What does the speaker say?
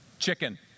chicken